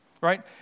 Right